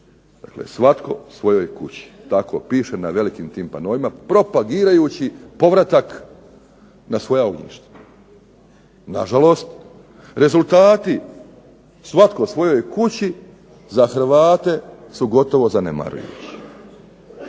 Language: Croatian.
svatko svojoj kući, tako piše na velikim tim panoima, propagirajući povratak na svoja ognjišta. Na žalost rezultati svatko svojoj kući za Hrvate su gotovo zanemarujući.